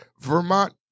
Vermont